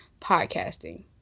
podcasting